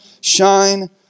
shine